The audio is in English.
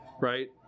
Right